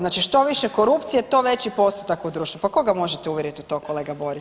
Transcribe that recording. Znači što više korupcije, to veći postotak u društvu, pa koga možete uvjeriti u to kolega Borić?